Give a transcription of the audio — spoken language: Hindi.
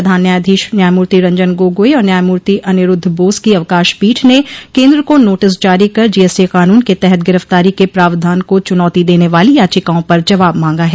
प्रधान न्यायाधीश न्यायमूर्ति रंजन गोगोई और न्यायमूर्ति अनिरूद्ध बोस की अवकाश पीठ ने केन्द्र को नोटिस जारी कर जीएसटी कानून के तहत गिरफ्तारी के प्रावधान को चुनौती देने वाली याचिकाओं पर जवाब मांगा है